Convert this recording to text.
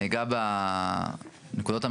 אני אגע בנקודות המרכזיות.